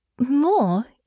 more